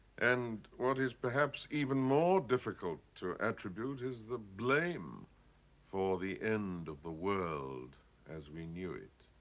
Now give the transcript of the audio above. and what is perhaps even more difficult to attribute is the blame for the end of the world as we knew it.